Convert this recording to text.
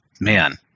man